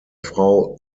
frau